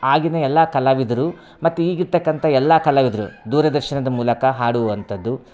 ಆಗಿನ ಎಲ್ಲ ಕಲಾವಿದರು ಮತ್ತು ಈಗಿರ್ತಕ್ಕಂಥ ಎಲ್ಲ ಕಲಾವಿದರು ದೂರದರ್ಶನದ ಮೂಲಕ ಹಾಡುವಂಥದ್ದು